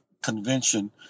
convention